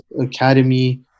academy